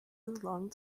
long